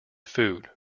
food